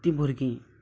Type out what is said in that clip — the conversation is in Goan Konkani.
तीं भुरगीं